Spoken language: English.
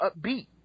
upbeat